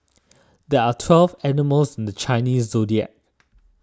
there are twelve animals in the Chinese zodiac